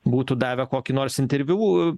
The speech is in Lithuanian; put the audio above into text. būtų davę kokį nors interviu